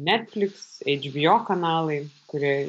netflix hbo kanalai kurie